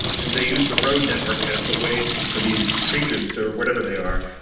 and they use the road network as the wave for these creatures to whatever they are,